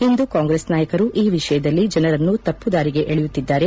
ಇಂದು ಕಾಂಗ್ರೆಸ್ ನಾಯಕರು ಈ ವಿಷಯದಲ್ಲಿ ಜನರನ್ನು ತಪ್ಪು ದಾರಿಗೆ ಎಳೆಯುತ್ತದೆ